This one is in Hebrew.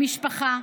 למשפחה,